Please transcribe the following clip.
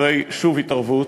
אחרי התערבות,